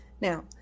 Now